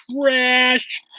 trash